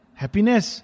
happiness